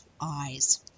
eyes